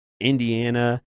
indiana